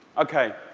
ok.